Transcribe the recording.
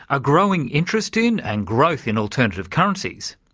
a growing interest in, and growth in alternative currencies,